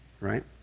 Right